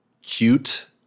cute